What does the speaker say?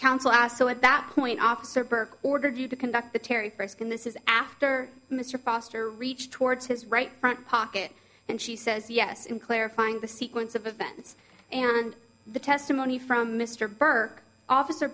counsel asked so at that point officer burke ordered you to conduct the terry first can this is after mr foster reached towards his right front pocket and she says yes in clarifying the sequence of events and the testimony from mr burke officer